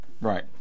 right